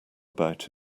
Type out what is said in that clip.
about